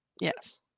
yes